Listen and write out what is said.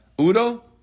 Udo